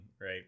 right